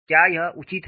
क्या यह उचित है